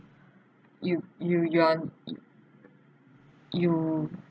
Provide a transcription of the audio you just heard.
you you you are you